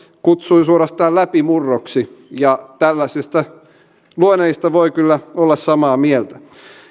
kutsui suorastaan läpimurroksi ja tällaisesta luonnehdinnasta voi kyllä olla samaa mieltä